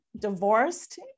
divorced